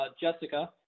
Jessica